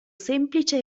semplice